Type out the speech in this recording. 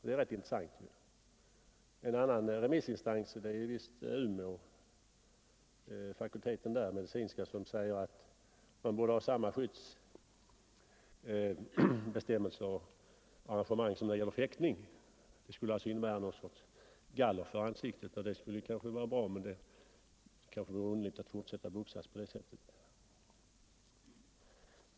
En annan remissinstans, den medicinska fakulteten vid Umeå universitet, anser att boxningen bör tillämpa samma skyddsbestämmelser som fäktningssporten, dvs. införa något slag av galler för ansiktet. Det vore nog i och för sig bra, men det skulle kanske inte gå att boxas alls då.